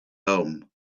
home